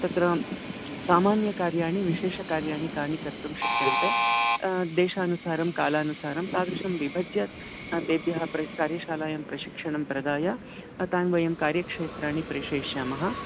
तत्र सामान्यकार्याणि विशेषकार्याणि कानि कर्तुं शक्यन्ते देशानुसारं कालानुसारं तादृशं विभज्य तेभ्यः प्र कार्यशालायां प्रशिक्षणं प्रदाय तान् वयं कार्यक्षेत्राणि प्रेषयिष्यामः